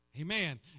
Amen